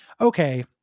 okay